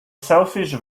selfish